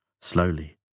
Slowly